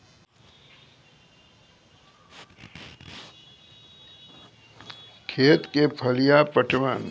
खेत क फलिया पटवन हरेक पांच दिनो म करलो जाय छै